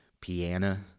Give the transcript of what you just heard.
piano